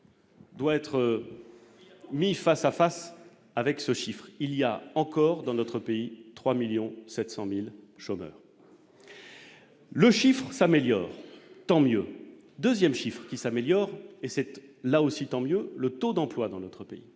Doit être mis face à face avec ce chiffre, il y a encore dans notre pays 3 1000000 700000 chômeurs, le chiffre s'améliore tant mieux 2ème chiffre qui s'améliore et c'était là aussi, tant mieux, le taux d'emploi dans notre pays,